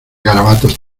garabatos